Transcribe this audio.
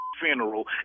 funeral